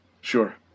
Sure